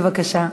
בבקשה.